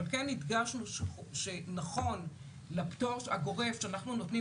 אבל כן הדגשנו לפטור הגורף שאנחנו נותנים